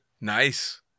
Nice